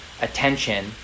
attention